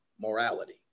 morality